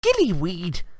Gillyweed